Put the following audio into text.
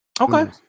Okay